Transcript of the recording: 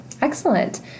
Excellent